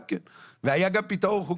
והיה גם פתרון חוקי,